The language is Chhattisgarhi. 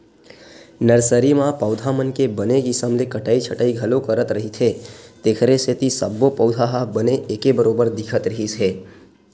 नरसरी म पउधा मन के बने किसम ले कटई छटई घलो करत रहिथे तेखरे सेती सब्बो पउधा ह बने एके बरोबर दिखत रिहिस हे